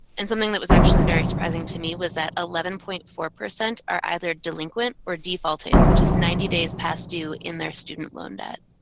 and something that was actually very surprising to me was that eleven point four are either delinquent or defaulting, which is ninety days past due in their student loan debt.